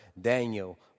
Daniel